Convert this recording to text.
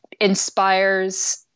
inspires